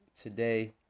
Today